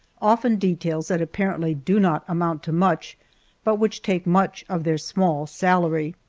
often details that apparently do not amount to much but which take much of their small salary.